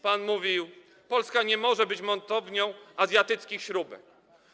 Pan mówił: Polska nie może być montownią azjatyckich śrubek.